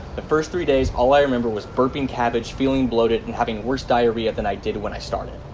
the first three days all i remember was burping cabbage feeling bloated and having worse diarrhea than i did when i started.